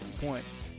points